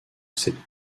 cette